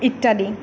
ইত্যাদি